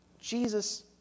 Jesus